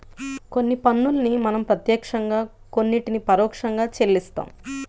కొన్ని పన్నుల్ని మనం ప్రత్యక్షంగా కొన్నిటిని పరోక్షంగా చెల్లిస్తాం